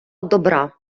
добра